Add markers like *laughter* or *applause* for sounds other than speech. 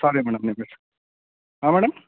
*unintelligible* madam ನಿಮ್ಮ ಹೆಸರು ಹಾಂ ಮೇಡಮ್